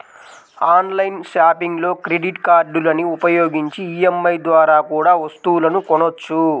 online షాపింగ్లో credit కార్డులని ఉపయోగించి ఈ.ఎం.ఐ ద్వారా కూడా వస్తువులను కొనొచ్చు